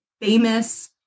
famous